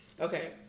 Okay